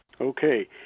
Okay